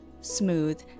smooth